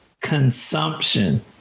consumption